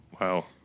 Wow